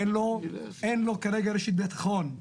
אין לו כרגע רשת ביטחון.